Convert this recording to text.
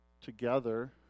together